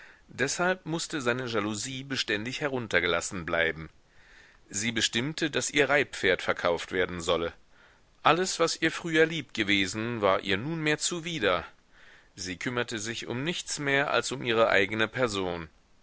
deshalb mußte seine jalousie beständig heruntergelassen bleiben sie bestimmte daß ihr reitpferd verkauft werden solle alles was ihr früher lieb gewesen war ihr nunmehr zuwider sie kümmerte sich um nichts mehr als um ihre eigene person